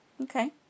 Okay